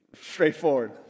straightforward